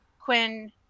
Quinn